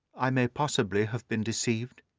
i may possibly have been deceived.